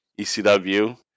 ECW